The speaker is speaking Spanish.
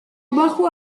bajo